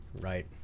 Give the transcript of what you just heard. Right